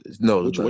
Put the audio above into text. No